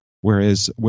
Whereas